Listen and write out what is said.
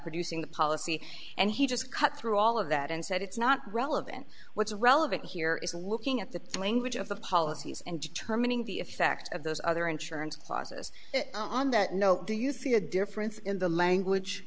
producing the policy and he just cut through all of that and said it's not relevant what's relevant here is looking at the language of the policies and determining the effect of those other insurance clauses on that note do you see a difference in the language